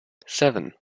seven